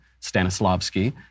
Stanislavski